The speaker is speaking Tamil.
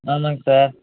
ஆமாங்க சார்